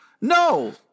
No